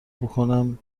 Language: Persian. بکـنم